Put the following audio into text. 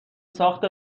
ساخت